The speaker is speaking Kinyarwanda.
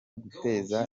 guteza